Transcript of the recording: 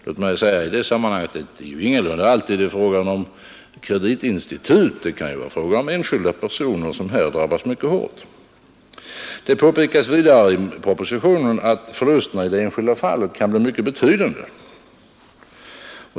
Låt mig i detta sammanhang säga att det ingalunda alltid är fråga om ett kreditinstitut. Det kan vara fråga om enskilda personer, som här drabbas mycket hårt. Det påpekas vidare i propositionen att förlusterna i det enskilda fallet kan bli mycket betydande.